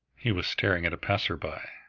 he was staring at a passer-by.